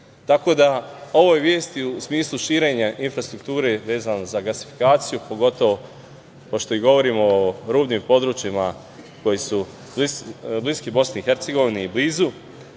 BiH.Ovoj vesti u smislu širenja infrastrukture vezano za gasifikaciju, pogotovo pošto i govorimo o rubnim područjima koji su bliski BiH i blizu,